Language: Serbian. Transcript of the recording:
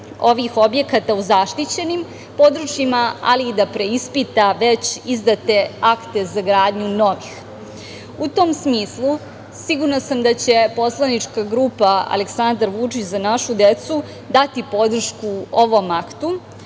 ovih objekata u zaštićenim područjima, ali i da preispita već izdate akte za gradnju novih.U tom smislu, sigurna sam da će poslanička grupa Aleksandar Vučić – Za našu decu, dati podršku ovom aktu,